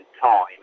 time